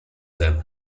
them